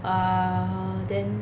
uh then